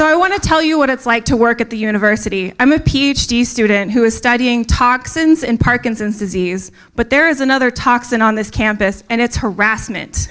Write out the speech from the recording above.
i i want to tell you what it's like to work at the university i'm a ph d student who is studying toxins in parkinson's disease but there is another toxin on this campus and its harassment